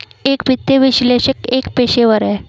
एक वित्तीय विश्लेषक एक पेशेवर है